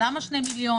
למה 2 מיליון?